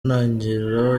ntangiro